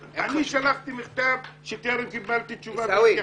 שלחתי מכתב וטרם קיבלתי תשובה והתייחסות.